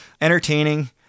Entertaining